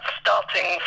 starting